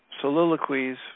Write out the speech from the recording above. soliloquies